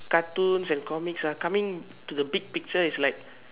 cartoons and comics ah coming to the big picture is like